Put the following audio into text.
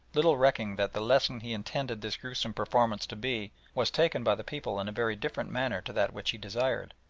little recking that the lesson he intended this gruesome performance to be was taken by the people in a very different manner to that which he desired,